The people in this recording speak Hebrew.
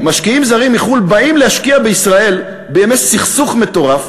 מדהים: משקיעים זרים מחו"ל באים להשקיע בישראל בימי סכסוך מטורף,